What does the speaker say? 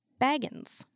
Baggins